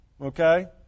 okay